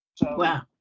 Wow